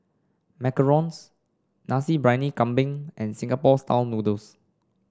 macarons Nasi Briyani Kambing and Singapore style noodles